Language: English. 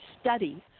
study